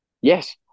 Yes